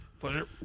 Pleasure